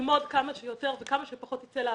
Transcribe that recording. ללמוד כמה שיותר וכמה שפחות יצא לעבוד,